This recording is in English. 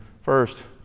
first